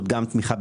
זאת הדמוקרטיה.